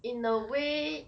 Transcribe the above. in a way